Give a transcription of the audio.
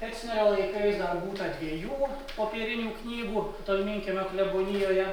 tecnerio laikais dar būta dviejų popierinių knygų tolminkiemio klebonijoje